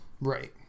Right